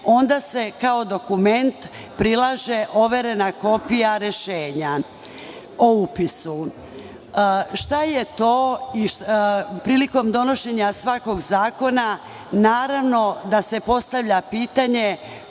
onda se kao dokument prilaže overena kopija rešenja o upisu. Šta je to prilikom donošenja svakog zakona? Naravno da se postavlja pitanje